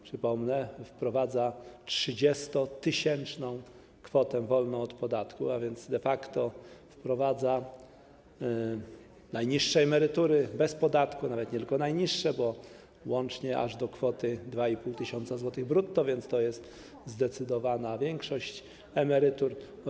Przypomnę, że wprowadza ona 30-tysięczną kwotę wolną od podatku, a więc de facto wprowadza najniższe emerytury bez podatku, nawet nie tylko najniższe, bo łącznie aż do kwoty 2,5 tys. zł brutto, więc to jest zdecydowana większość emerytur.